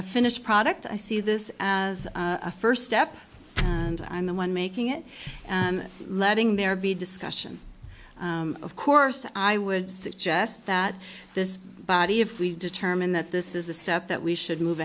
a finished product i see this as a first step and i'm the one making it and letting there be discussion of course i would suggest that this body if we determine that this is a step that we should move